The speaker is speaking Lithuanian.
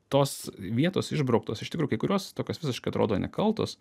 tos vietos išbrauktos iš tikrųjų kai kurios tokios visiškai atrodo nekaltos